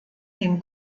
den